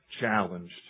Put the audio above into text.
challenged